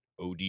OD